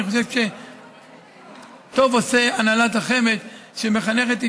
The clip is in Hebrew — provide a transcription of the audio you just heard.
אני חושב שטוב עושה הנהלת החמ"ד שמחנכת את